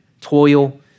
toil